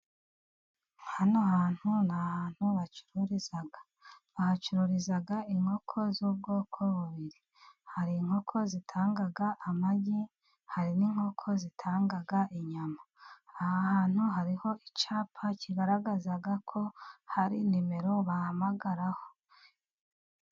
Hano hantu ni ahantu bacururiza, bahacururiza inkoko z'ubwoko bubiri hari inkoko zitanga amagi, hari n'inkoko zitanga inyama, aha hantu hariho icyapa kigaragaza ko hari nimero bahamagaraho.